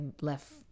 left